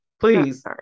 Please